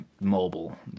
mobile